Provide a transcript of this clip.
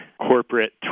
corporate